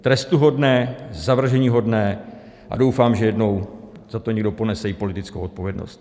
Trestuhodné, zavrženíhodné a doufám, že jednou za to někdo ponese i politickou odpovědnost.